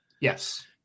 Yes